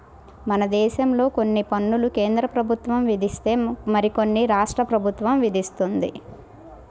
మనదేశంలో కొన్ని పన్నులు కేంద్రప్రభుత్వం విధిస్తే మరికొన్ని రాష్ట్ర ప్రభుత్వం విధిత్తది